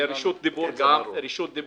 רשות דיבור.